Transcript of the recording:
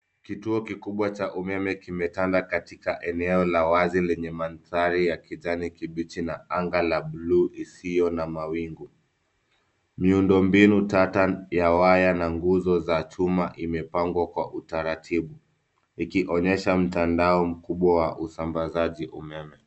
Kituo kikubwa cha umeme kimetanda katika eneo kubwa la wazi lenye mandhari ya kijani kibichi na anga la bluu isiyo na mawingu. Miundombinu tata ya waya na nguzo za chuma imepangwa kwa utaratibu, ikionyesha mtandao mkubwa wa usambazaji umeme.